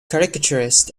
caricaturist